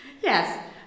Yes